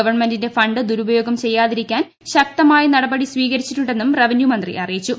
ഗവൺമെന്റിന്റെ ഫണ്ട് ദുരുപയോഗം ചെയ്യാതിരിക്കാൻ ശക്തമായി നടപടി സ്വീകരിച്ചിട്ടുണ്ടെന്ന് റവന്യു മന്ത്രി അറിയിച്ചു